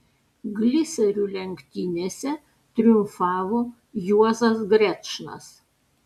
gliserių lenktynėse triumfavo juozas grečnas